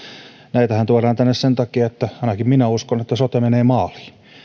näitähän tuodaan tänne sen takia että ainakin minä uskon sote menee maaliin